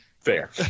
Fair